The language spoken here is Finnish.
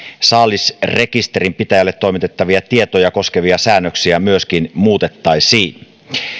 saalisrekisterin pitäjälle toimitettavia tietoja koskevia säännöksiä muutettaisiin